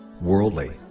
worldly